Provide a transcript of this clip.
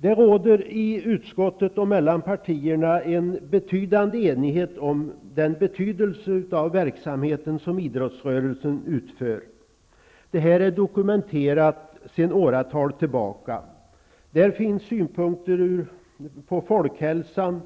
Det råder i utskottet och mellan partierna en avsevärd enighet om betydelsen av idrottsrörelsens verksamhet. Detta är dokumenterat sedan åratal tillbaka. Där finns synpunkter på folkhälsan,